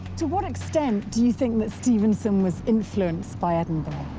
to what extent do you think that stevenson was influenced by edinburgh?